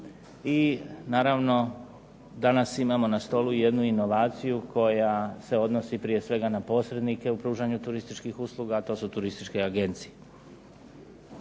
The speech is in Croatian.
I naravno danas imamo na stolu i jednu inovaciju koja se odnosi prije svega na posrednike u pružanju turističkih usluga, a to su turističke agencije.